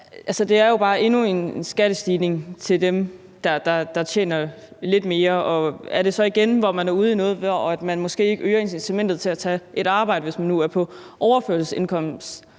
det er jo bare endnu en skattestigning for dem, der tjener lidt mere, og er man så igen ude i noget, hvor man måske ikke øger incitamentet til at tage et arbejde, hvis man nu som forældre er på overførselsindkomst?